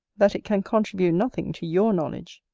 that it can contribute nothing to your knowledge.